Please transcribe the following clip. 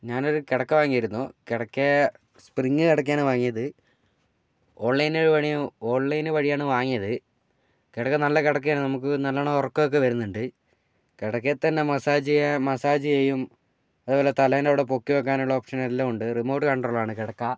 ഞാനൊരു കിടക്ക വാങ്ങിയിരുന്നു കിടക്ക സ്പ്രിംഗ് കിടക്കയാണ് വാങ്ങിയത് ഓൺലൈന് ഓൺലൈന് വഴിയാണ് വാങ്ങിയത് കിടക്ക നല്ല കിടക്കയാണ് നമുക്ക് നല്ലോണം ഉറക്കമൊക്കെ വരുന്നുണ്ട് കിടക്കയിൽത്തന്നെ മസാജ് ചെയ്യാം മസാജ് ചെയ്യും അതുപോലെ തലേൻ്റെ അവിടെ പൊക്കി വയ്ക്കാനുള്ള ഓപ്ഷനെല്ലാം ഉണ്ട് റിമോട്ട് കൺട്രോളറാണ് കിടക്ക